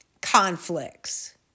conflicts